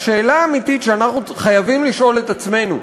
השאלה האמיתית שאנחנו חייבים לשאול את עצמנו: